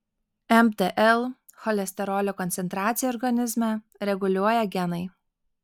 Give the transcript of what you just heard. mtl cholesterolio koncentraciją organizme reguliuoja genai